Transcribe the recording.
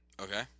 Okay